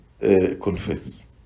confess